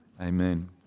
Amen